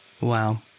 Wow